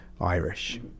Irish